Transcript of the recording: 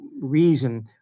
reason